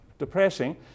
depressing